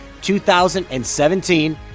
2017